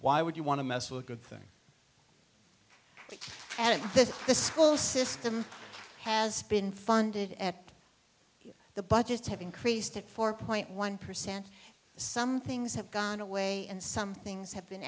why would you want to mess with a good thing and that the school system has been funded at the budgets have increased to four point one percent some things have gone away and some things have been